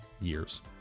years